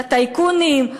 לטייקונים,